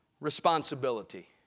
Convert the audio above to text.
responsibility